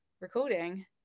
recording